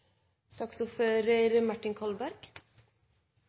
saksordfører Martin Kolberg